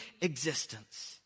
existence